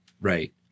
Right